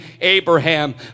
Abraham